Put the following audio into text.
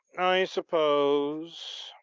i suppose,